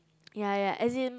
ya ya as in